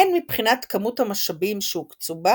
הן מבחינת כמות המשאבים שהוקצו לה